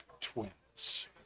Twins